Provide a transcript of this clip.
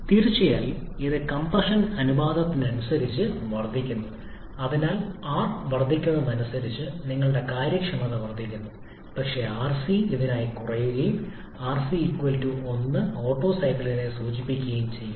തീർച്ചയായും ഇത് കംപ്രഷൻ അനുപാതത്തിനനുസരിച്ച് വർദ്ധിക്കുന്നു അതിനാൽ r വർദ്ധിക്കുന്നതിനനുസരിച്ച് നിങ്ങളുടെ കാര്യക്ഷമത വർദ്ധിക്കുന്നു പക്ഷേ rc ഇതിനായി കുറയുകയും rc 1 ഓട്ടോ സൈക്കിളിനെ സൂചിപ്പിക്കുകയും ചെയ്യുന്നു